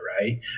right